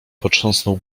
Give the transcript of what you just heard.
potrząsnął